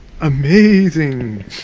amazing